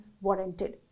warranted